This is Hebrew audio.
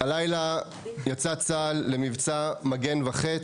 הלילה יצא צה"ל למבצע מגן וחץ,